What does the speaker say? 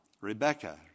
Rebecca